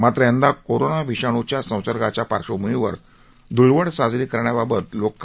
मात्र यंदा कोरोना विषाणूच्या संसर्गाच्या पार्श्वभूमीवर धुळवड साजरी करण्याबाबत लोक खबरदारी घेत आहेत